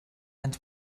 anys